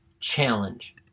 challenge